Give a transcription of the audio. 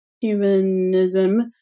humanism